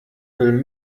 will